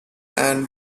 and